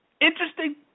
Interesting